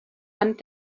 hand